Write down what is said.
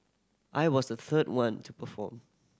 I was the third one to perform